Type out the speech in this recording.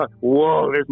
whoa